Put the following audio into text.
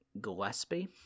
Gillespie